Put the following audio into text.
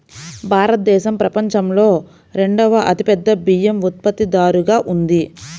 భారతదేశం ప్రపంచంలో రెండవ అతిపెద్ద బియ్యం ఉత్పత్తిదారుగా ఉంది